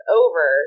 over